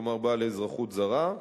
כלומר בעל אזרחות זרה,